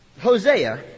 Hosea